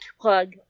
plug